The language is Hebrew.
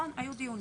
נכון, היו דיונים.